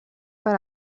per